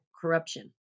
corruption